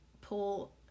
pull